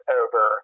over